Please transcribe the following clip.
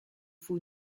faut